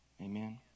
Amen